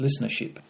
listenership